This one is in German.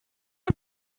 ein